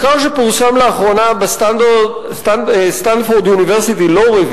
מחקר שפורסם לאחרונה ב"Stanford University Law",